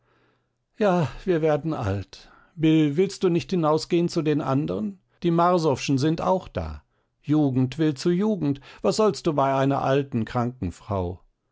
ja wir werden alt bill willst du nicht hinausgehen zu den anderen die marsowschen sind auch da jugend will zu jugend was sollst du hier bei einer alten kranken frau